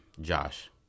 Josh